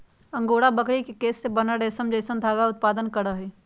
angora बकरी के केश से बनल रेशम जैसन धागा उत्पादन करहइ